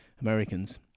Americans